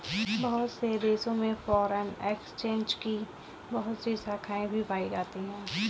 बहुत से देशों में फ़ोरेन एक्सचेंज की बहुत सी शाखायें भी पाई जाती हैं